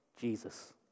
Jesus